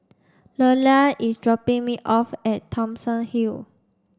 Lelia is dropping me off at Thomson Hill